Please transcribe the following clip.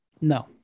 No